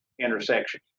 intersection